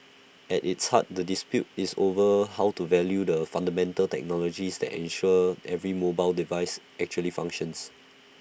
at its heart the dispute is over how to value the fundamental technology that ensure every mobile device actually functions